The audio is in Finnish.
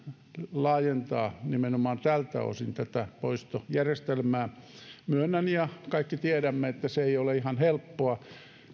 laajentaa nimenomaan tältä osin tätä poistojärjestelmää myönnän ja kaikki tiedämme että se ei ole ihan helppoa